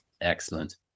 excellent